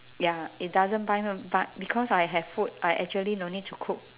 ya it doesn't buy but because I have food I actually no need to cook